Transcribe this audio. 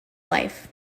life